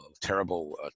terrible